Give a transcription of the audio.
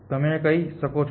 તમે કરી શકો છો